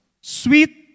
Sweet